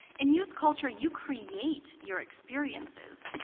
in youth culture, you create your experiences.